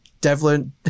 Devlin